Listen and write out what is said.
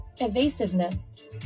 Evasiveness